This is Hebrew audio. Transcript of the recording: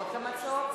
רבותי חברי הכנסת,